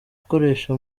gukoresha